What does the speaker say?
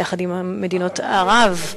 יחד עם מדינות ערב,